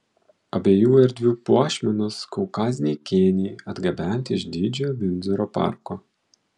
abiejų erdvių puošmenos kaukaziniai kėniai atgabenti iš didžiojo vindzoro parko